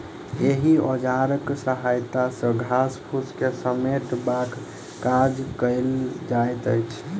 एहि औजारक सहायता सॅ घास फूस के समेटबाक काज कयल जाइत अछि